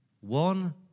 one